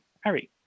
Harry